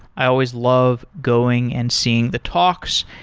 i always love going and seeing the talks,